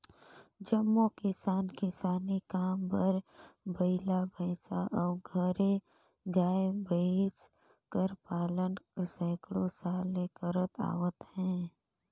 जम्मो किसान किसानी काम बर बइला, भंइसा अउ घरे गाय, भंइस कर पालन सैकड़ों साल ले करत आवत अहें